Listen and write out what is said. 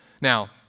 Now